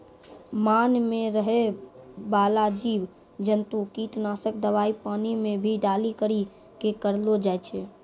मान मे रहै बाला जिव जन्तु किट नाशक दवाई पानी मे भी डाली करी के करलो जाय छै